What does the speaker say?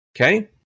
Okay